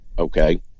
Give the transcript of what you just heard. Okay